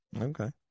Okay